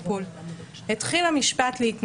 זה אנחנו עוד לא יודעים, כי המבחן הזה יבוא